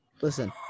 Listen